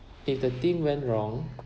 if the thing went wrong